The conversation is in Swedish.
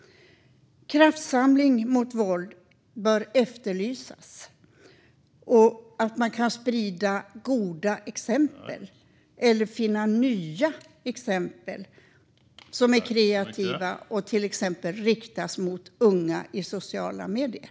Kraftsamling mot våld bör efterlysas. Man kan sprida goda exempel eller finna nya exempel som är kreativa och till exempel riktas mot unga i sociala medier.